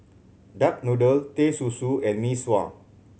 duck noodle Teh Susu and Mee Sua